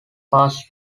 passed